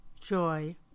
joy